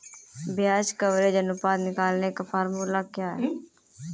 ब्याज कवरेज अनुपात निकालने का फॉर्मूला क्या है?